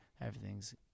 everything's